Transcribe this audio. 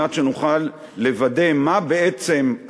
על מנת שנוכל לוודא שאנחנו,